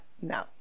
no